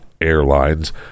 airlines